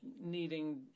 needing